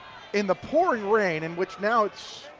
in the pouring rain, in which now it's,